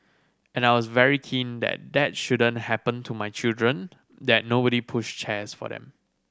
and I was very keen that that shouldn't happen to my children that nobody pushed chairs for them